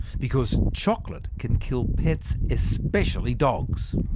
because chocolate can kill pets, especially dogs.